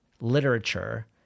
literature